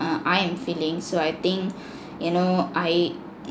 uh I am feeling so I think you know I